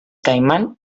caiman